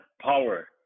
power